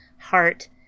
heart